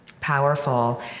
powerful